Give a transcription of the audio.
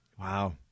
Wow